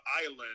island